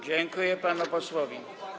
Dziękuję panu posłowi.